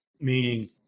meaning